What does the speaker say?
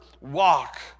walk